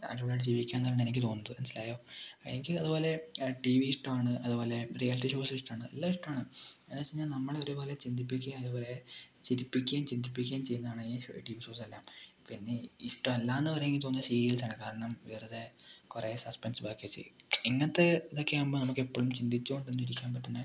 അടിപൊളിയായിട്ട് ജീവിക്കാം എന്നാണ് എനിക്ക് തോന്നുന്നത് മനസ്സിലായോ എനിക്ക് അതുപോലെ ടി വി ഇഷ്ടമാണ് അതുപോലെ റിയാലിറ്റി ഷോസ് ഇഷ്ടാണ് എല്ലാം ഇഷ്ടാണ് അതെന്ന് വെച്ചാൽ നമ്മളെ ഒരുപോലെ ചിന്തിപ്പിക്ക അതുപോലെ ചിരിപ്പിക്കുകയും ചിന്തിപ്പിക്കുകയും ചെയ്യുന്നതാണ് ഈ ടി വി ഷോസ് എല്ലാം പിന്നെ ഇഷ്ടം അല്ലാന്ന് പറയുമെങ്കിൽ തോന്നുന്നത് സീരിയൽസ് ആണ് കാരണം വെറുതെ കുറേ സസ്പെൻസ് ബാക്കി ഇങ്ങനത്തെ ഇതൊക്കെ ആകുമ്പോൾ നമുക്ക് എപ്പോഴും ചിന്തിച്ച് കൊണ്ട് ഇരിക്കാൻ പറ്റുന്നത്